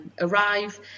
Arrive